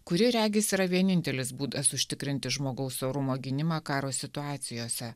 kuri regis yra vienintelis būdas užtikrinti žmogaus orumo gynimą karo situacijose